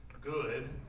good